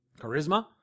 charisma